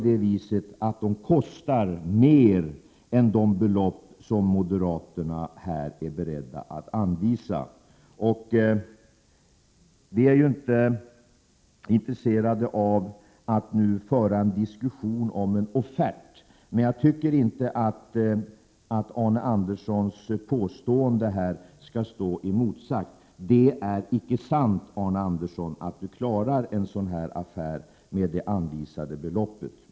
De kostar nämligen mer än det belopp som moderaterna är beredda att anvisa. Det är ju inte intressant att föra en diskussion om en offert, men jag tycker inte att Arne Anderssons påstående skall stå oemotsagt. Det är icke sant att man klarar en sådan affär med det anvisade beloppet.